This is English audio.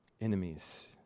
enemies